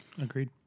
Agreed